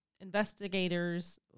Investigators